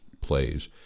plays